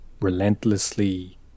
relentlessly